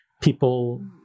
people